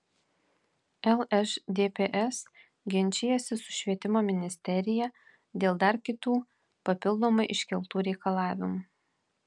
lšdps ginčijasi su švietimo ministerija dėl dar kitų papildomai iškeltų reikalavimų